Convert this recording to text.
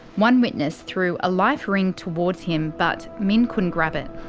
one witness threw a life ring towards him, but minh couldn't grab it.